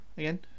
again